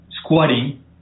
squatting